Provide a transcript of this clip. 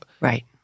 Right